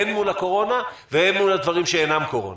הן מול הקורונה והן מול הדברים שאינם קורונה?